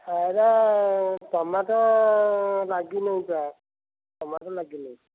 ହଁ ଏଇଟା ଟମାଟୋ ଲାଗି ନାଇ ଯା ଟମାଟୋ ଲାଗି ନାଇ